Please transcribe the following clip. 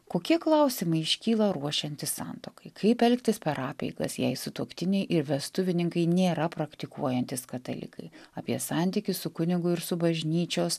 kokie klausimai iškyla ruošiantis santuokai kaip elgtis per apeigas jei sutuoktiniai ir vestuvininkai nėra praktikuojantys katalikai apie santykius su kunigu ir su bažnyčios